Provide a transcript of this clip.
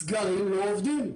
שסגרים לא עובדים.